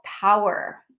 power